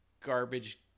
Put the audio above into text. garbage